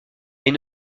est